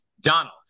Donald